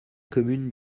commune